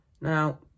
Now